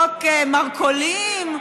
חוק המרכולים?